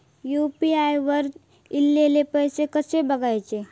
UPI वर ईलेले पैसे कसे बघायचे?